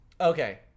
Okay